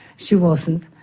she wasn't.